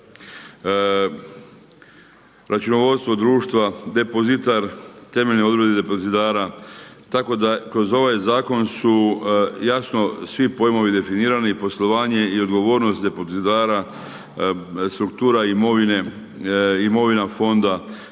Računovodstvo društva depozitar, temeljne odredbe depozitara, tako da kroz ovaj Zakon su jasno svi pojmovi definirani i poslovanje i odgovornost depozitara, struktura imovine, imovina Fonda,